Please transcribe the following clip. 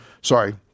sorry